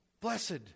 Blessed